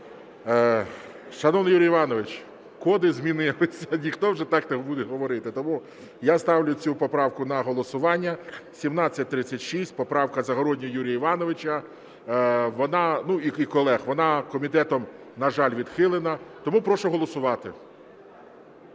Шановний Юрій Іванович, коди змінилися, ніхто вже так не буде говорити. Тому я ставлю цю поправку на голосування. 1736 поправка Загороднього Юрія Івановича і колег, вона комітетом, на жаль, відхилена. Тому прошу голосувати.